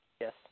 Yes